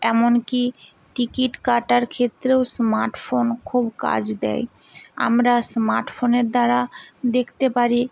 এমন কি টিকিট কাটার ক্ষেত্রেও স্মার্ট ফোন খুব কাজ দেয় আমরা স্মার্ট ফোনের দ্বারা দেখতে পারি